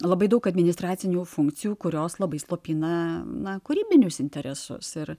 labai daug administracinių funkcijų kurios labai slopina na kūrybinius interesus ir